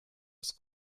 ist